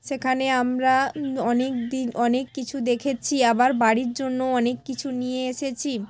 সেখানে আমরা অনেক দিন অনেক কিছু দেখেছি আবার বাড়ির জন্য অনেক কিছু নিয়ে এসেছি